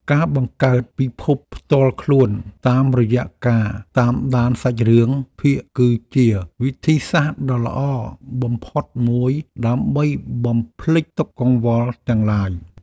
ការបង្កើតពិភពផ្ទាល់ខ្លួនតាមរយៈការតាមដានសាច់រឿងភាគគឺជាវិធីសាស្ត្រដ៏ល្អបំផុតមួយដើម្បីបំភ្លេចទុក្ខកង្វល់ទាំងឡាយ។